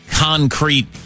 Concrete